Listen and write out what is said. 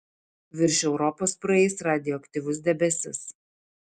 virš europos praeis radioaktyvus debesis